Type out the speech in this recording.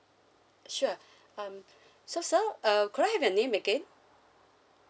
sure um so sir uh could I have your name again